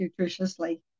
nutritiously